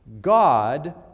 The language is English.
God